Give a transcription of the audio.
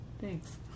thanks